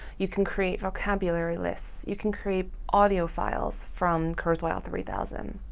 you can create vocabulary lists. you can create audio files from kurzweil three thousand.